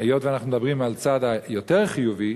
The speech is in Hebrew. והיות שאנחנו מדברים על הצד היותר חיובי,